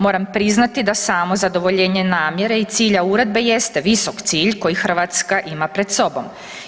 Moram priznati da samo zadovoljenje namjere i cilja uredbe jeste visok cilj koji Hrvatska ima pred sobom.